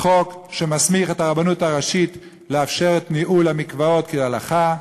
חוק שמסמיך את הרבנות הראשית לאפשר את ניהול המקוואות כהלכה,